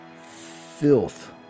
filth